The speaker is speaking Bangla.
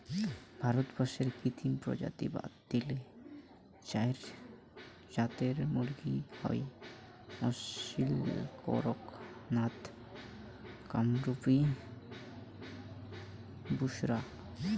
ভারতবর্ষত কৃত্রিম প্রজাতি বাদ দিলে চাইর জাতের মুরগী হই আসীল, কড়ক নাথ, কামরূপী, বুসরা